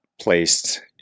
placed